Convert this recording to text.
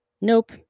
Nope